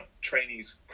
trainees